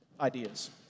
ideas